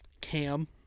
Cam